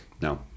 No